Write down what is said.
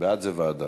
בעד זה ועדה.